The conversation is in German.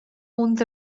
und